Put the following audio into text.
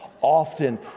often